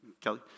Kelly